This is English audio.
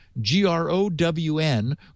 G-R-O-W-N